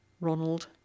Ronald